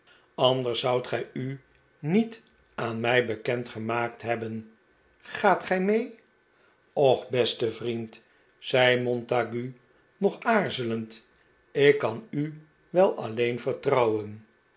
anders zoudt gij u niet aan mij bekend gemaakt hebben gaat gij mee och beste vriend zei montague nog aarzelend ik kan u wel alleen vertrouwen